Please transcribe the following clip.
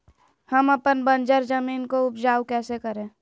हम अपन बंजर जमीन को उपजाउ कैसे करे?